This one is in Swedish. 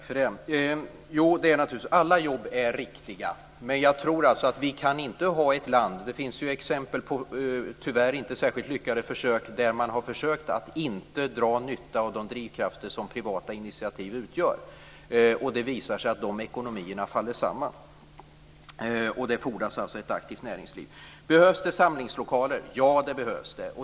Herr talman! Jo, det är naturligtvis så att alla jobb är riktiga. Men jag tror inte att vi kan ha ett land - det finns tyvärr exempel på inte särskilt lyckade försök - där man inte drar nytta av de drivkrafter som privata initiativ utgör. Det visar sig att sådana ekonomier faller samman. Det fordras alltså ett aktivt näringsliv. Behövs det samlingslokaler? Ja, det behövs det.